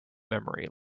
memory